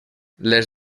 les